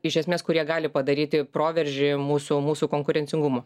iš esmės kurie gali padaryti proveržį mūsų mūsų konkurencingumų